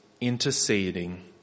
interceding